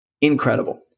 incredible